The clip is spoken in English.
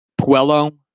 Puello